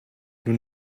nun